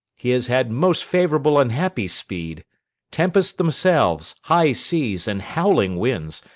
he has had most favourable and happy speed tempests themselves, high seas, and howling winds,